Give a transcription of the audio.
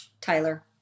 Tyler